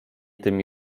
tymi